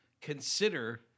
consider